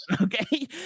Okay